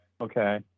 okay